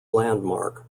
landmark